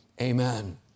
Amen